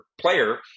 player